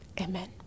Amen